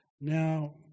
Now